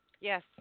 Yes